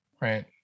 right